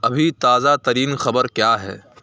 ابھی تازہ ترین خبر کیا ہے